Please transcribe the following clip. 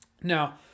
Now